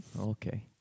okay